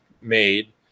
made